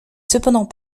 cependant